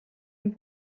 den